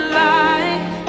life